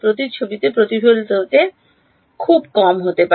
যা প্রতিচ্ছবিতে প্রতিফলিত করে খুব কম হতে